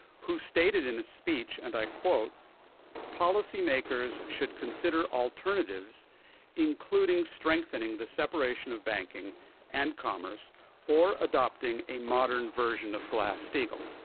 who stated in a speech, and i quote policymakers should consider alternatives that strengthening the separation of banking and commerce or adopting a modern version of glass-steagall.